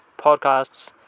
podcasts